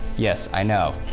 yes, i know,